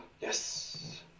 Yes